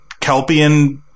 Kelpian